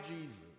Jesus